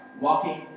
walking